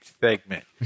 Segment